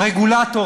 הרגולטור,